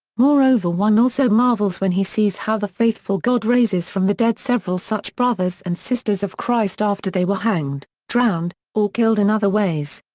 moreover one also marvels when he sees how the faithful god raises from the dead several such brothers and sisters of christ after they were hanged, drowned, or killed in other ways.